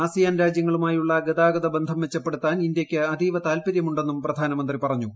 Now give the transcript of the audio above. ASEAN രാജൃങ്ങളുമായുള്ളഗതാഗത ബന്ധം മെച്ചപ്പെടുത്താൻ ഇന്ത്യ്ക്ക് അതീവ താല്പരൃമുണ്ടെന്നും പ്രധാനമന്ത്രി പറഞ്ഞു